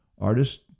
artist